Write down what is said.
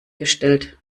gestellt